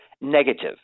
negative